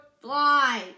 fly